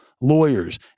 lawyers